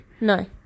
No